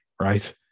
right